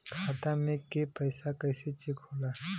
खाता में के पैसा कैसे चेक होला?